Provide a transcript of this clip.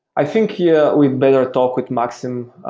i think yeah we better talk with maxim.